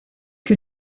que